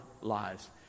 lives